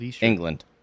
England